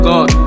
God